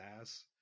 ass